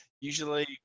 Usually